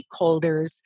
stakeholders